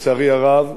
שלצערי הרב,